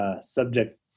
Subject